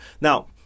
Now